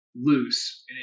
loose